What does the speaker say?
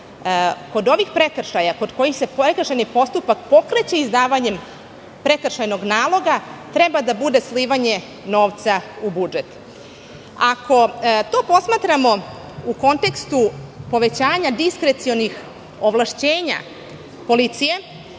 kod ovih prekršaja, kod kojih se prekršajni postupak pokreće izdavanjem prekršajnog naloga, treba da bude slivanje novca u budžet. Ako to posmatramo u kontekstu povećanja diskrecionih ovlašćenja policije,